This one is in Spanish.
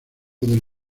del